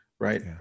right